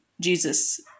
Jesus